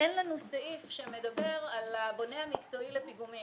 אין סעיף שמדבר על הבונה המקצועי לפיגומים.